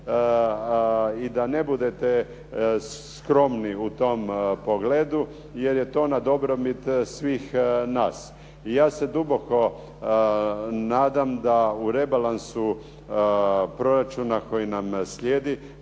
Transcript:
i da ne budete skromni u tom pogledu, jer je to na dobrobit svih nas. Ja se duboko nadam da u rebalansu proračuna koji nam slijedi